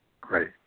Great